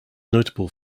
notable